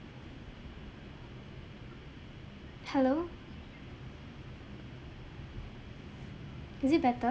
hello is it better